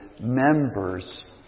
members